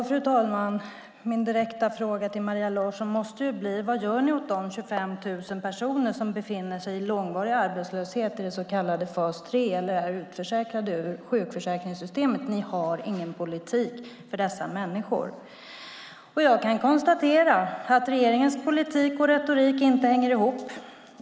Fru talman! Min direkta fråga till Maria Larsson måste bli: Vad gör ni åt de 25 000 personer som befinner sig i långvarig arbetslöshet i den så kallade fas 3 eller är utförsäkrade ur sjukförsäkringssystemet? Ni har ingen politik för dessa människor. Jag kan konstatera att regeringens politik och retorik inte hänger ihop.